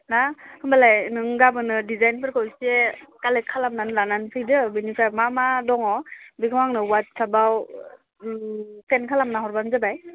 ना होनबालाय नों गाबोन डिजाइनफोरखौ इसे कालेक्ट खालामनानै लानानै फैदो बेनिफ्राय मा मा दङ बेखौ आंनो वाट्सएपआव सेन्ट खालामना हरबानो जाबाय